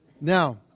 Now